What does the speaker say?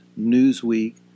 Newsweek